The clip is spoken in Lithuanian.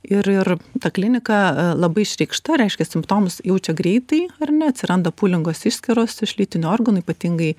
ir ir ta klinika labai išreikšta reiškia simptomus jaučia greitai ar ne atsiranda pūlingos išskyros iš lytinių organų ypatingai